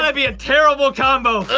ah be a terrible combo.